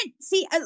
see